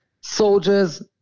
soldiers